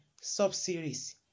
sub-series